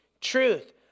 truth